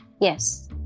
yes